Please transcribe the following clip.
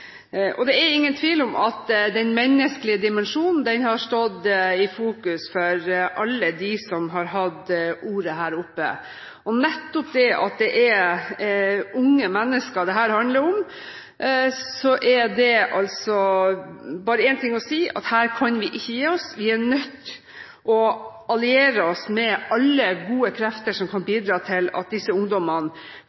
Det er ingen tvil om at den menneskelige dimensjonen har stått i fokus for alle dem som har hatt ordet her oppe. Nettopp fordi det er unge mennesker dette handler om, er det bare én ting å si, at her kan vi ikke gi oss, vi er nødt til å alliere oss med alle gode krefter som kan